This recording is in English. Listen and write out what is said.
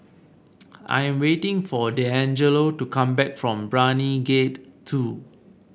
I am waiting for Deangelo to come back from Brani Gate Two